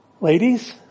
Ladies